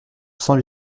cent